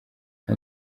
nta